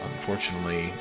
Unfortunately